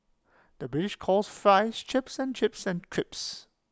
the British calls Fries Chips and chips and crisps